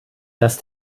dass